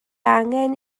angen